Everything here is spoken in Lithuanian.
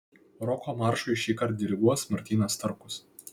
roko maršui šįkart diriguos martynas starkus